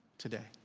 today.